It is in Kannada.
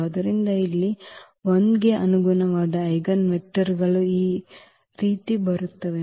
ಆದ್ದರಿಂದ ಇಲ್ಲಿ 1 ಗೆ ಅನುಗುಣವಾದ ಐಜೆನ್ ವೆಕ್ಟರ್ಗಳು ಈ ರೀತಿ ಬರುತ್ತಿವೆ